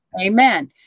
Amen